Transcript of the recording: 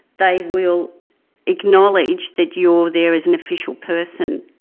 they will acknowledge that you're there as an official person.